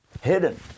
hidden